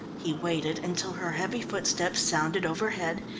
he waited until her heavy footsteps sounded overhead,